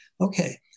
okay